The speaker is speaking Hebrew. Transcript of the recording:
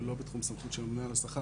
למקום הזה,